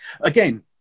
again